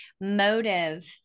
motive